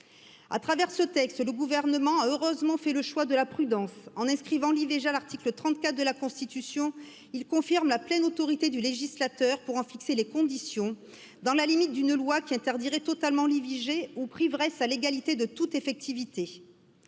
à travers ce texte le gouvernement a heureusement fait le choix de la prudence en inscrivant l'i v g a l'article trente quatre de la constitution il confirme la pleine autorité du législateur pour en fixer les conditions dans la limite d'une loi qui interdirait totalement l'i v g ou priverait à l'égalité de toute effectivité